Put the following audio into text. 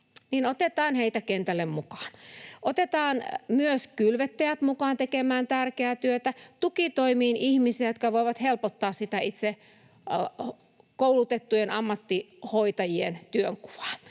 otetaan heitä kentälle mukaan. Otetaan myös kylvettäjät mukaan tekemään tärkeää työtä, tukitoimiin ihmisiä, jotka voivat helpottaa sitä itse koulutettujen ammattihoitajien työnkuvaa.